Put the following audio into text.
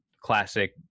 classic